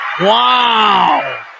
wow